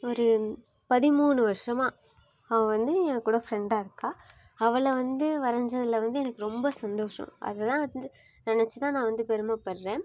ஒரு பதிமூணு வருஷமாக அவள் வந்து என்கூட ஃபிரெண்டாக இருக்கா அவளை வந்து வரஞ்சதில் வந்து எனக்கு ரொம்ப சந்தோஷம் அதெல்லாம் வந்து நெனச்சுதான் நான் வந்து பெருமைப்பட்றேன்